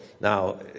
Now